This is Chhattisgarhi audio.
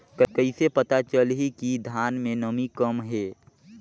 कइसे पता चलही कि धान मे नमी कम हे?